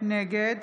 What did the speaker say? נגד